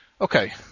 Okay